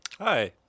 Hi